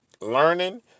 learning